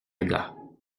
gars